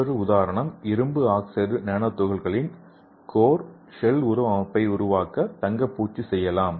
மற்றொரு உதாரணம் இரும்பு ஆக்சைடு நானோ துகள்களின் கோர் ஷெல் உருவ அமைப்பை உருவாக்க தங்க பூச்சு செய்யலாம்